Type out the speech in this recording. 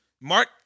Mark